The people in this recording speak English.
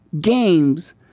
games